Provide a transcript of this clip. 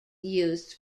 used